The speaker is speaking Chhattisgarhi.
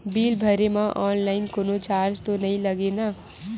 बिल भरे मा ऑनलाइन कोनो चार्ज तो नई लागे ना?